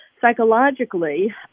psychologically